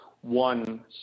one